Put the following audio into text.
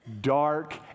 dark